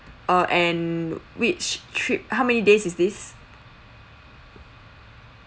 uh and which trip how many days is this